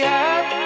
up